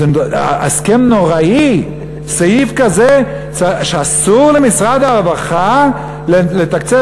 ההסכם נוראי, סעיף כזה שאסור למשרד הרווחה לתקצב.